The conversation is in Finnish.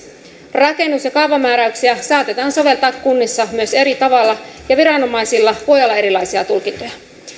rakennus ja kaavamääräyksiä saatetaan myös soveltaa eri kunnissa eri tavalla ja viranomaisilla voi olla erilaisia tulkintoja